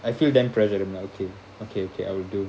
I feel damn pressured I'm like okay okay okay I will do